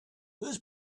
this